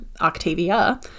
Octavia